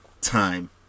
time